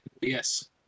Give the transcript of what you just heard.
Yes